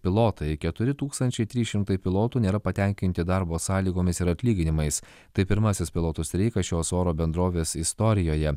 pilotai keturi tūkstančiai trys šimtai pilotų nėra patenkinti darbo sąlygomis ir atlyginimais tai pirmasis pilotų streikas šios oro bendrovės istorijoje